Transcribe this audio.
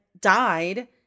died